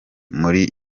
muri